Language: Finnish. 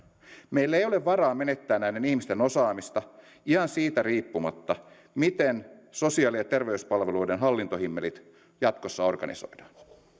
meillä ei ole varaa menettää näiden ihmisten osaamista ihan siitä riippumatta miten sosiaali ja terveyspalveluiden hallintohimmelit jatkossa organisoidaan